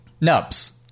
Nubs